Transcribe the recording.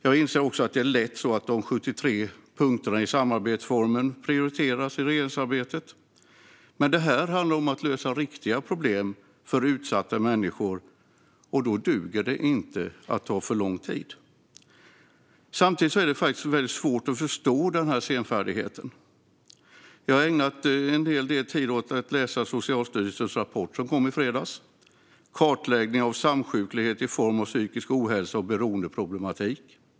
Jag inser också att det lätt blir så att de 73 punkterna i samarbetsformen prioriteras i regeringsarbetet. Men det här handlar om att lösa riktiga problem för utsatta människor, och då duger det inte att det tar för lång tid. Samtidigt är det väldigt svårt att förstå senfärdigheten. Jag har ägnat en hel del tid åt att läsa Socialstyrelsens rapport som kom i fredags, Kartläggning av samsjuklighet i form av psykisk ohälsa och beroendeproblematik .